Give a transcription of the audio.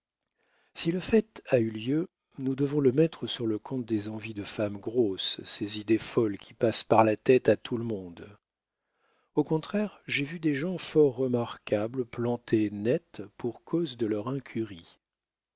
si le fait a eu lieu nous devons le mettre sur le compte des envies de femme grosse ces idées folles qui passent par la tête à tout le monde au contraire j'ai vu des gens fort remarquables plantés net pour cause de leur incurie